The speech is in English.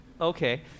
okay